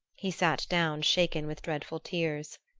he sat down shaken with dreadful tears.